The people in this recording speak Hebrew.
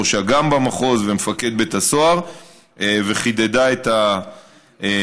ראש אג"ם במחוז ומפקד בית הסוהר וחידדה את הנהלים,